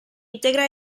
integra